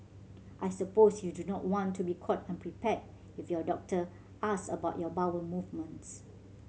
I suppose you don't want to be caught unprepared if your doctor ask about your bowel movements